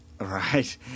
Right